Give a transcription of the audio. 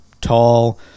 tall